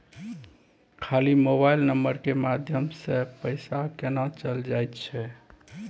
खाली mobile number के माध्यम से पैसा केना चल जायछै?